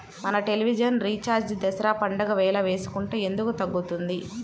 మన television recharge Dasara పండగ వేళ వేసుకుంటే ఎందుకు తగ్గుతుంది?